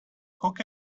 cook